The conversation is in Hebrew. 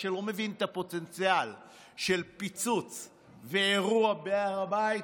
מי שלא מבין את הפוטנציאל של פיצוץ ואירוע בהר הבית,